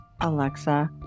Alexa